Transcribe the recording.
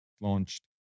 Launched